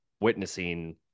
witnessing